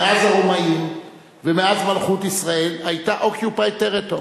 מאז הרומאים ומאז מלכות ישראל היתה occupied territories,